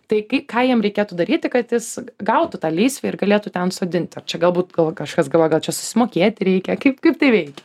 tai kai ką jiem reikėtų daryti kad jis gautų tą lysvę ir galėtų ten sodinti ar čia galbūt gal kažkas galvoja gal čia susimokėti reikia kaip kaip tai veikia